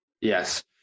Yes